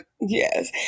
Yes